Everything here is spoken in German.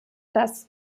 das